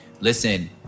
listen